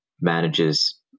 manages